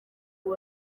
iyo